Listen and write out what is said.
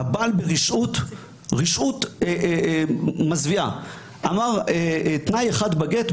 הבעל ברשעות מזוויעה נתן תנאי אחד בגט,